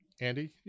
andy